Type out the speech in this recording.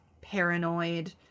paranoid